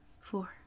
four